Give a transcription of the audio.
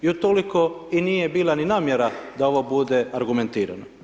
I utoliko i nije bila ni namjera da ovo bude argumentirano.